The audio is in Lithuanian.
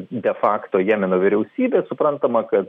de fakto jemeno vyriausybė suprantama kad